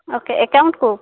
ଓ କେ ଏକାଉଣ୍ଟ୍କୁ